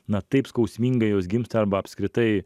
na taip skausmingai jos gimti arba apskritai